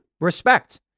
Respect